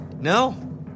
No